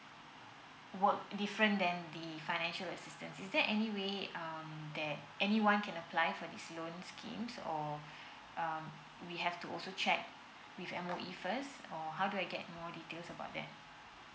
work different than the financial assistance is there any way um that anyone can apply for this loan schemes or uh we have to also check with M_O_E first or how do I get more details about that